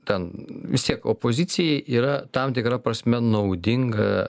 ten vis tiek opozicijai yra tam tikra prasme naudinga